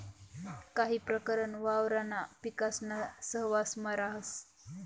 काही प्रकरण वावरणा पिकासाना सहवांसमा राहस